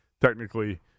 technically –